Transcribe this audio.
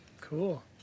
cool